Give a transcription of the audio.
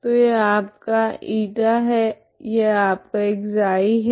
तो यह आपका η है यह आपका ξ है